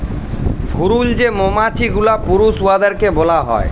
ভুরুল যে মমাছি গুলা পুরুষ উয়াদেরকে ব্যলা হ্যয়